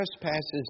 trespasses